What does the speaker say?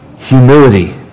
Humility